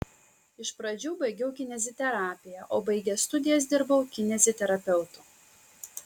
iš pradžių baigiau kineziterapiją o baigęs studijas dirbau kineziterapeutu